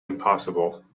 impossible